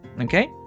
Okay